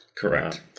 Correct